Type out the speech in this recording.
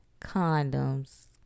condoms